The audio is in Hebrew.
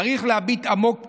צריך להביט עמוק פנימה,